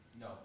No